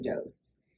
dose